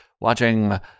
watching